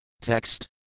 Text